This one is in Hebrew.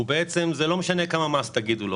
זה לא משנה כמה מס תשיתו עליו,